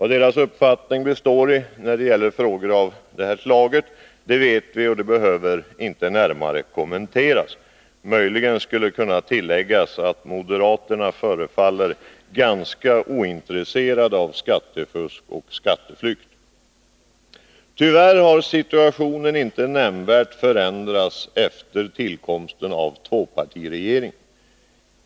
Deras uppfattning när det gäller frågor av detta slag känner vi till och behöver därför inte närmare kommentera. Möjligen skulle man kunna tillägga att moderaterna förefaller vara ganska ointresserade av skattefusk och skatteflykt. Tyvärr har situationen inte nämnvärt förändrats efter tillkomsten av tvåpartiregeringen.